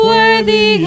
Worthy